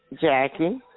Jackie